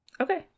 Okay